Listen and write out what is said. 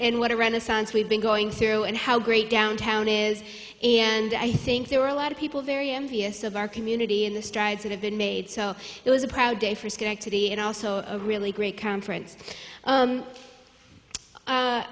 and what a renaissance we've been going through and how great downtown is and i think there were a lot of people very envious of our community and the strides that have been made so it was a proud day for schenectady and also a really great conference